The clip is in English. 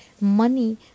money